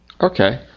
Okay